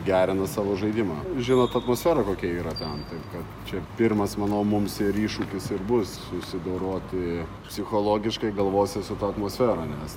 gerina savo žaidimą žinot atmosfera kokia yra ten taip kad čia pirmas manau mums ir iššūkis ir bus susidoroti psichologiškai galvose su ta atmosfera nes